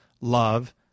love